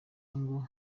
ngo